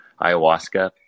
ayahuasca